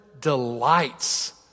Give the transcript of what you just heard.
delights